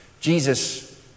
Jesus